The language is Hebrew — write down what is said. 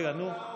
כל הכבוד.